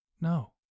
No